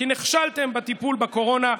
כי נכשלתם בטיפול בקורונה.